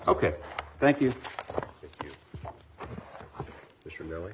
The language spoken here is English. ok thank you it's really